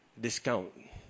discount